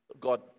God